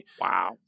Wow